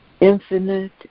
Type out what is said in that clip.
infinite